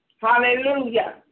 Hallelujah